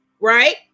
right